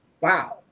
Wow